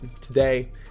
today